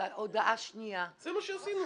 אבל הודעה שנייה --- זה מה שעשינו.